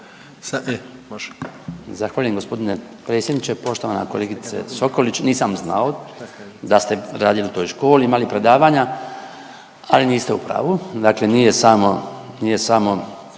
Zahvaljujem gospodine predsjedniče. Poštovana kolegice Sokolić, nisam znao da ste radili u toj školi, imali predavanja ali niste u pravu. Dakle nije samo,